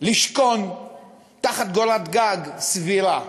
לשכון תחת קורת גג סבירה.